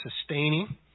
sustaining